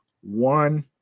one